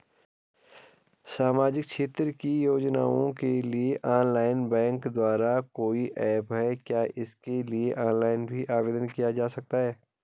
सामाजिक क्षेत्र की योजनाओं के लिए ऑनलाइन बैंक द्वारा कोई ऐप है क्या इसके लिए ऑनलाइन भी आवेदन किया जा सकता है?